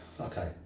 okay